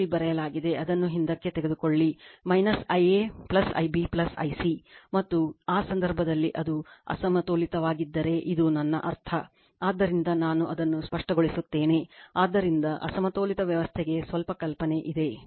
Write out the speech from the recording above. ಆದ್ದರಿಂದ ನಾನು ಅದನ್ನು ಸ್ಪಷ್ಟಗೊಳಿಸುತ್ತೇನೆ ಆದ್ದರಿಂದ ಅಸಮತೋಲಿತ ವ್ಯವಸ್ಥೆಗೆ ಸ್ವಲ್ಪ ಕಲ್ಪನೆ ಇದೆ